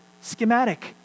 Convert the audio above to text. schematic